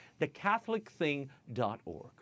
thecatholicthing.org